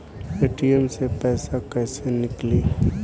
ATM से पैसा कैसे नीकली?